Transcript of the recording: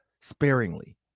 sparingly